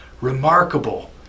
remarkable